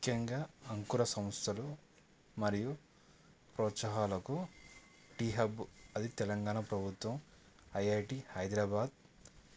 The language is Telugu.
ముఖ్యంగా అంకుర సంస్థలు మరియు ప్రోత్సాహకాలకు టీ హబ్ అది తెలంగాణ ప్రభుత్వం ఐ ఐ టీ హైదరాబాద్